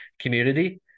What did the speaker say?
Community